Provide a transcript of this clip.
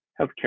healthcare